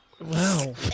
Wow